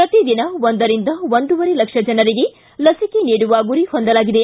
ಪ್ರತಿ ದಿನ ಒಂದರಿಂದ ಒಂದೂವರೇ ಲಕ್ಷ ಜನರಿಗೆ ಲಸಿಕೆ ನೀಡುವ ಗುರಿ ಹೊಂದಲಾಗಿದೆ